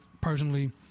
personally